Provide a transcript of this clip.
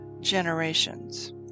Generations